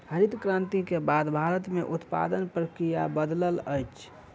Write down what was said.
हरित क्रांति के बाद भारत में उत्पादन प्रक्रिया बदलल अछि